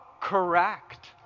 Correct